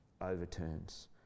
overturns